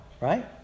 right